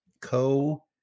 co